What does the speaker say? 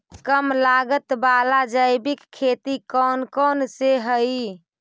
कम लागत वाला जैविक खेती कौन कौन से हईय्य?